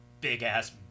big-ass